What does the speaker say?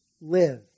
live